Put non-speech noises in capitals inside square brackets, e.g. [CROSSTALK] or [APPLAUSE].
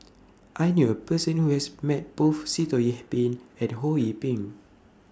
[NOISE] I knew A Person Who has Met Both Sitoh Yih Pin and Ho Yee Ping